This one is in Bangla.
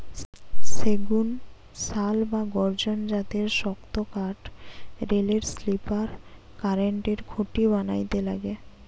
সেগুন, শাল বা গর্জন জাতের শক্তকাঠ রেলের স্লিপার, কারেন্টের খুঁটি বানাইতে লাগে